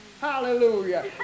Hallelujah